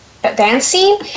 Dancing